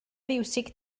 fiwsig